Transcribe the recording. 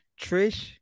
Trish